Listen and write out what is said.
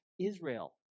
Israel